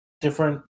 different